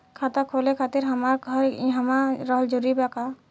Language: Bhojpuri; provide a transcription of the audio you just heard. खाता खोले खातिर हमार घर इहवा रहल जरूरी बा का?